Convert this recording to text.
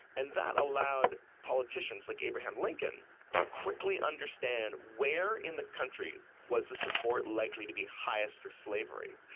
and that allowed politicians like abraham lincoln to quickly understand where in the country was the support likely to be highest for slavery.